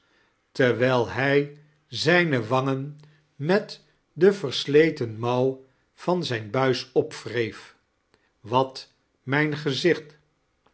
terwijl hij zijne wangen met de versleten mouw van zijn buis opwreef wat mijn gezicht